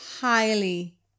highly